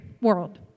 world